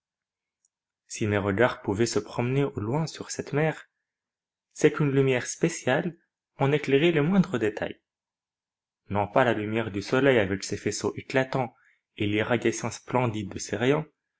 si mes regards pouvaient se promener au loin sur cette mer c'est qu'une lumière spéciale en éclairait les moindres détails non pas la lumière du soleil avec ses faisceaux éclatants et l'irradiation splendide de